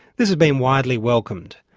this has been widely welcomed.